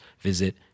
visit